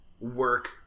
work